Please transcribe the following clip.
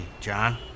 John